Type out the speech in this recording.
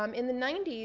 um in the ninety s,